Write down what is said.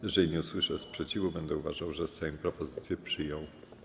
Jeżeli nie usłyszę sprzeciwu, będę uważał, że Sejm propozycje przyjął.